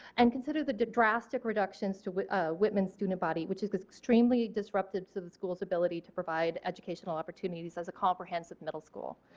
and consider the drastic reductions to whitman student body which is extremely disruptive to the school's ability to provide educational opportunities as a comprehensive middle school.